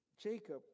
Jacob